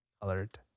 colored